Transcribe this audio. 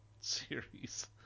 series